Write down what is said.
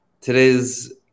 Today's